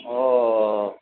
অঁ